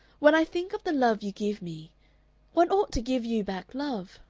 when i think of the love you give me one ought to give you back love.